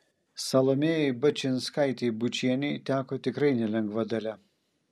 salomėjai bačinskaitei bučienei teko tikrai nelengva dalia